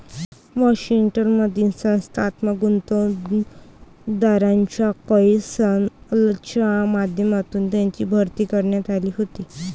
Washington मधील संस्थात्मक गुंतवणूकदारांच्या कौन्सिलच्या माध्यमातून त्यांची भरती करण्यात आली होती